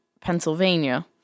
Pennsylvania